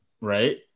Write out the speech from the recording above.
Right